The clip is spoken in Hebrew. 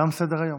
תם סדר-היום.